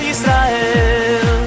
Israel